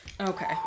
Okay